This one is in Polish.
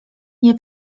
nie